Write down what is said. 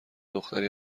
دختری